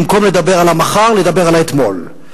במקום לדבר על המחר לדבר על האתמול.